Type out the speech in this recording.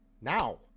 now